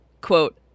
quote